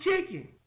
chicken